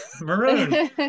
Maroon